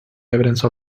evidence